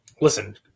listen